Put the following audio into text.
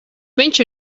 viņš